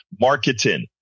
marketing